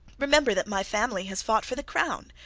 remember that my family has fought for the crown.